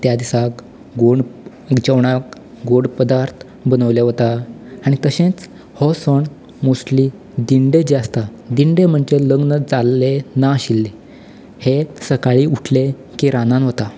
त्या दिसाक गोड जेवणाक गोड पदार्थ बनवले वता आनी तशेंच हो सण मोस्ट्ली दिण्डे जे आसता दिण्डे म्हणजे लग्न जाल्ले नाशिल्ले हे सकाळी उटले की रानान वता